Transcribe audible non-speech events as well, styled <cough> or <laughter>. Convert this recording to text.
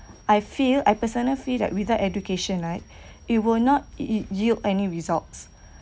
I feel I personal feel that without education right <breath> it will not yi~ yield any results